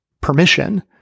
permission